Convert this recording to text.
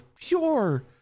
pure